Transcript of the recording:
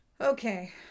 Okay